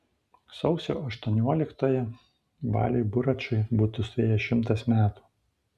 sausio aštuonioliktąją baliui buračui būtų suėję šimtas metų